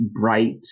bright